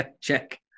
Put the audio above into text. Check